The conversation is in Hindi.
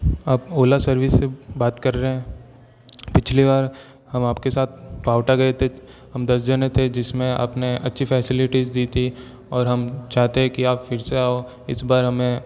आप ओला सर्विस से बात कर रहे हैं पिछली बार हम आपके साथ पाओटा गए थे हम दस जन थे जिसमें आपने अच्छी फ़ैसिलिटीज़ दी थी और हम चाहते है कि आप फिर से आओ इस बार हमें